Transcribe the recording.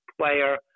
player